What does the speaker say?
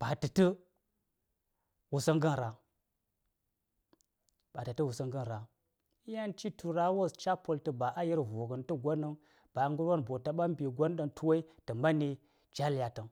baci tə wusən ngən rahn yan ci tə wuseŋ ngən rahn yan ci yi tu rah tə go nən ba ngər won wo taɓs mbigon tu wai caa lya təŋ.